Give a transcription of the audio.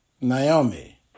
Naomi